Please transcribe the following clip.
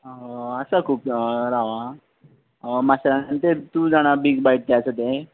आसा खूब राव आं माशेलान तें तूं जाणां बीग बायट तें आसा तें